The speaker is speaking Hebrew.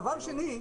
דבר שני,